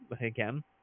again